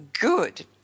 Good